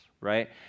right